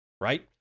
right